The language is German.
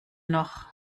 noch